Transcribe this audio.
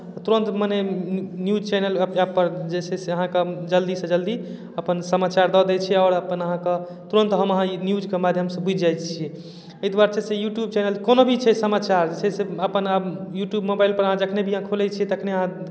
गोबरके उठेलहुँ आ जै बेर कयलक पैखाना माल हगलक तै बेर उठेलहुँ तै बेर कयलहुँ तै बेर बहारलहुँ सुहारलहुँ तै बेर झाड़ू मारलहुँ सब किछु तै बेर कयलहुँ आ नहि दोसर काज रहतै तऽ दोसरो काजमे चलि जेबै कै लेबै मालेमे अपन करैत रहैत छी भरि दिन बैसल रहैत छी माले जालके कयलहुँ गुड़े धुआँ कयलहुँ